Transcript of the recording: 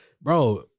bro